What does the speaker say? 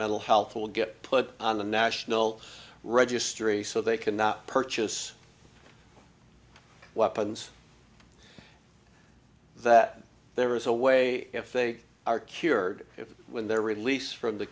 mental health will get put on the national registry so they cannot purchase weapons that there is a way if they are cured if when they're released from the